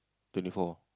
twenty four